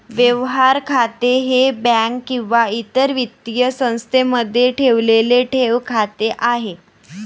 व्यवहार खाते हे बँक किंवा इतर वित्तीय संस्थेमध्ये ठेवलेले ठेव खाते आहे